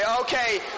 okay